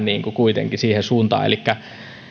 niin vähän kuitenkin siihen suuntaan elikkä